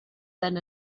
than